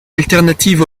alternative